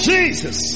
Jesus